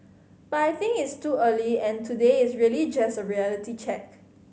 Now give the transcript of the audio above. but I think it's too early and today is really just a reality check